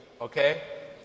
okay